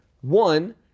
One